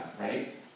right